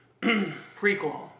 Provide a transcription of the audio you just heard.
Prequel